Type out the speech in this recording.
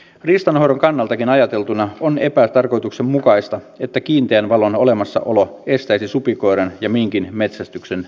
riistanhoidon kannaltakin ajateltuna on epätarkoituksenmukaista että kiinteän valon olemassaolo estäisi supikoiran ja minkin metsästyksen hämärässä